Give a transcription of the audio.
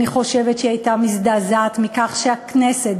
אני חושבת שהיא הייתה מזדעזעת מכך שהכנסת,